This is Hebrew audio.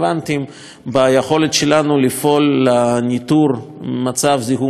ביכולת של המשרד להגנת הסביבה לפעול לניטור